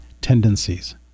tendencies